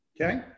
okay